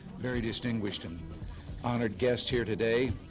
very distinguished and honored guests here today.